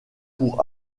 pour